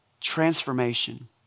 Transformation